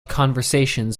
conversations